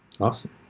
Awesome